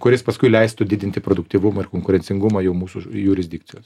kuris paskui leistų didinti produktyvumą ir konkurencingumą jau mūsų jurisdikcijos